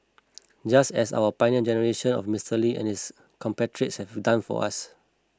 just as our Pioneer Generation of Mister Lee and his compatriots have done for us